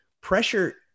pressure